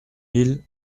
mille